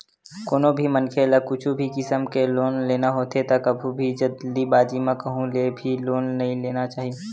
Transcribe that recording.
कोनो भी मनखे ल कुछु भी किसम के लोन लेना होथे त कभू भी जल्दीबाजी म कहूँ ले भी लोन नइ ले लेना चाही